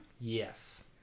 Yes